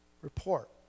report